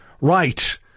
right